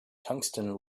tungsten